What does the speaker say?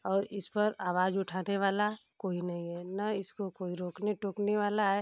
और इस पर आवाज़ उठाने वाला कोई नहीं है न इसको कोई रोकने टोकने वाला है